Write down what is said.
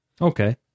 Okay